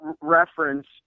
reference